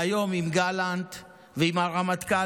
והיום עם גלנט ועם הרמטכ"לים,